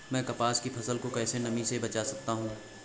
मैं कपास की फसल को कैसे नमी से बचा सकता हूँ?